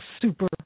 super